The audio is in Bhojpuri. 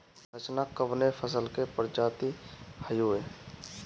रचना कवने फसल के प्रजाति हयुए?